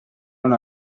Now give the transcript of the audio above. non